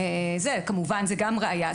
כמובן שגם זאת ראיה.